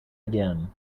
again